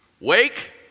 wake